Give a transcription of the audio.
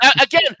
Again